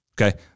Okay